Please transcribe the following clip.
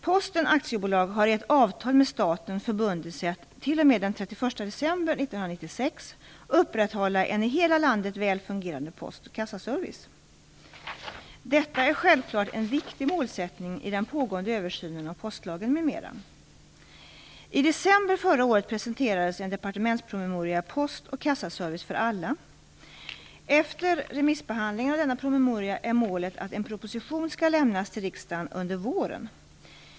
Posten AB har i ett avtal med staten förbundit sig att t.o.m. den 31 december 1996 upprätthålla en i hela landet väl fungerande post och kassaservice. Detta är självklart en viktig målsättning i den pågående översynen av postlagen m.m. I december förra året presenterades en departementspromemoria, "Post och kassaservice för alla". Efter remissbehandlingen av denna promemoria är målet att en proposition skall lämnas till riksdagen under våren.